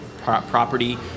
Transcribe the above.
property